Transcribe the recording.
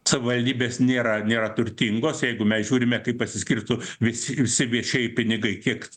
savivaldybės nėra nėra turtingos jeigu mes žiūrime kaip pasiskirsto visi visi viešieji pinigai kiek